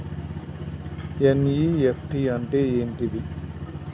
NEFT అంటే ఏంటిది?